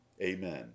Amen